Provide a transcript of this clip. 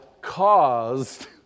caused